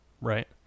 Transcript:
right